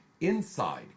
inside